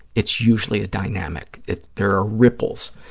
it's usually a dynamic, that there are ripples,